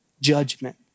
judgment